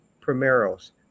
Primero's